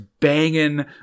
banging